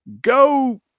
go